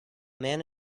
man